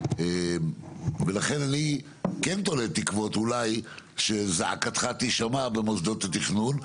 ולכן אני כן תולה תקוות אולי שזעקתך תישמע במוסדות התכנון,